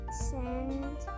send